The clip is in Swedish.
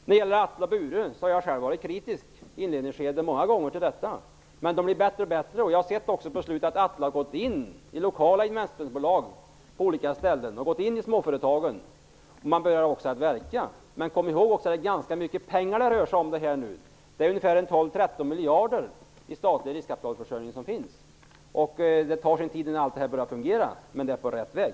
När det gäller Atle och Bure var jag själv i inledningsskedet ofta kritisk. Men de blir bättre och bättre. Jag har senare sett att också Atle har gått in i lokala investmentbolag på olika ställen och i småföretagen -- man börjar alltså verka. Men kom ihåg att det rör sig om ganska mycket pengar, ungefär 12--13 miljarder kronor i statlig riskkapitalförsörjning. Det tar tid innan allt det här börjar fungera, men man är på rätt väg.